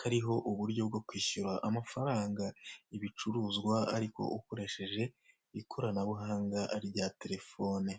kariho uburyo bwo kwishyura amafaranga, ibicuruzwa ariko ukoresheje ikoranabuhanga rya telefone.